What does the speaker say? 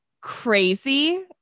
crazy